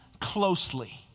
closely